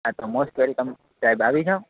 હા તો most welcome સાહેબ આવી જાઓ